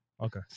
Okay